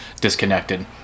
disconnected